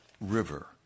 river